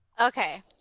Okay